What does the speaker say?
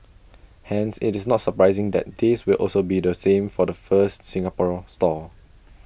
hence IT is not surprising that this will also be the same for the first Singaporean store